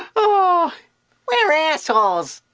ah weire assholes!